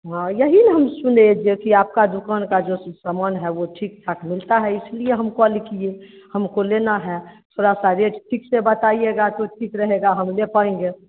हाँ यही न हम सुने जे कि आपका दुकान का जो सामान है वो ठीक ठाक मिलता है इसलिए हम कॉल किए हमको लेना है थोड़ा सा रेट ठीक से बताइएगा तो ठीक रहेगा हम ले पाएँगे